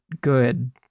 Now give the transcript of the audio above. good